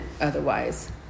otherwise